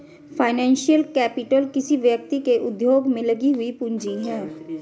financial capital किसी व्यक्ति के उद्योग में लगी हुई पूंजी है